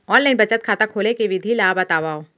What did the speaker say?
Online बचत खाता खोले के विधि ला बतावव?